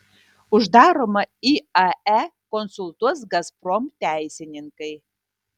uždaromą iae konsultuos gazprom teisininkai